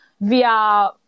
via